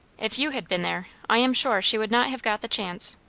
if you had been there, i am sure she would not have got the chance.